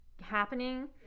happening